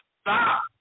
Stop